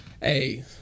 Hey